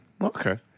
Okay